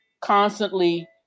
constantly